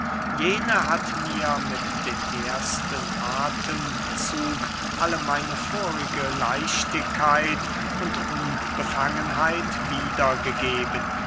jene hat mir mit dem ersten athemzug alle meine vorige leichtigkeit und unbefangenheit wiedergegeben